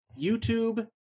YouTube